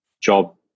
job